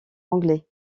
anglais